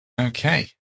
Okay